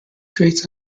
traits